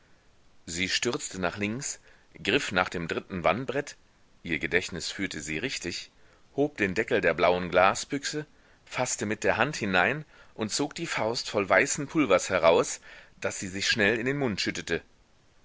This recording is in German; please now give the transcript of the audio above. sie stürzte nach links griff nach dem dritten wandbrett ihr gedächtnis führte sie richtig hob den deckel der blauen glasbüchse faßte mit der hand hinein und zog die faust voll weißen pulvers heraus das sie sich schnell in den mund schüttete